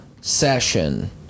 session